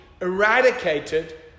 eradicated